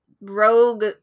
rogue